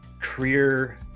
career